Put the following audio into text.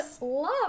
love